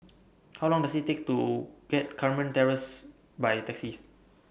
How Long Does IT Take to get Carmen Terrace By Taxi